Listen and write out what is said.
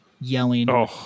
yelling